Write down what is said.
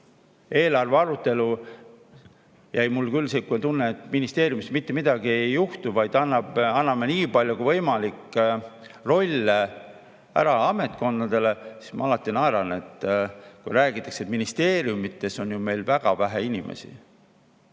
nulleelarve arutelu – mul jäi küll sihuke tunne, et ministeeriumis mitte midagi ei juhtu, vaid anname nii palju kui võimalik rolle ära ametkondadele. Ma alati naeran, kui räägitakse, et ministeeriumides on meil väga vähe inimesi,